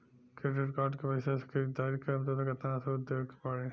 Credit card के पैसा से ख़रीदारी करम त केतना सूद देवे के पड़ी?